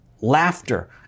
Laughter